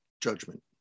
judgment